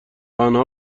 آنها